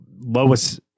Lois